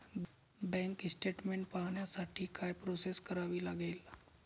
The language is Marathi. बँक स्टेटमेन्ट पाहण्यासाठी काय प्रोसेस करावी लागेल?